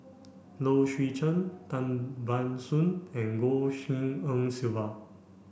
Low Swee Chen Tan Ban Soon and Goh Tshin En Sylvia